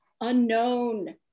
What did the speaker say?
unknown